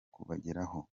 kubageraho